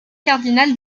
cardinal